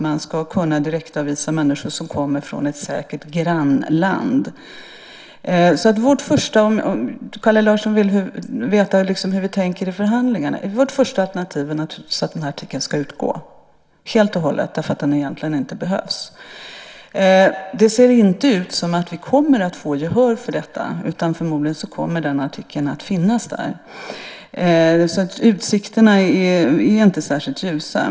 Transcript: Man ska kunna direktavvisa människor som kommer från ett säkert grannland. Kalle Larsson vill veta hur vi tänker i förhandlingarna. Vårt första alternativ är naturligtvis att artikeln ska utgå helt och hållet därför att den egentligen inte behövs. Det ser inte ut som att vi kommer att få gehör för detta, utan förmodligen kommer artikeln att finnas där. Utsikterna är inte särskilt ljusa.